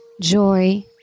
joy